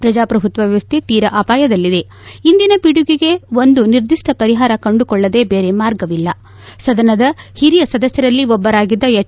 ಪ್ರಜಾಪ್ರಭುತ್ವ ವ್ಯವಸ್ಥೆ ತೀರಾ ಅಪಾಯದಲ್ಲಿದೆ ಇಂದಿನ ಪಿಡುಗಿಗೆ ಒಂದು ನಿರ್ದಿಷ್ಟ ಪರಿಹಾರ ಕಂಡುಕೊಳ್ಳದೆ ದೇರೆ ಮಾರ್ಗವಿಲ್ಲ ಸದನದ ಹಿರಿಯ ಸದಸ್ಯರಲ್ಲಿ ಒಬ್ಬರಾಗಿದ್ದ ಎಚ್